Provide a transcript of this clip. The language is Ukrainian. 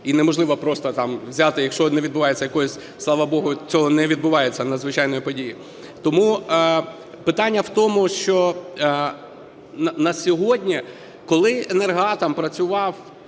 і неможливо просто взяти, якщо не відбувається якоїсь,… слава Богу, цього не відбувається, надзвичайної події. Тому питання в тому, що на сьогодні… Коли "Енергоатом" працював